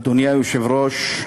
אדוני היושב-ראש,